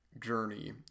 journey